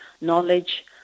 knowledge